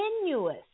continuous